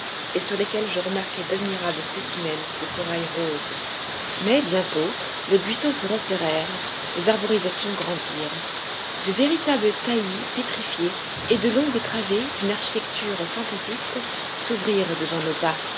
et sur lesquels je remarquai d'admirables spécimens de corail rose mais bientôt les buissons se resserrèrent les arborisations grandirent de véritables taillis pétrifiés et de longues travées d'une architecture fantaisiste s'ouvrirent devant nos pas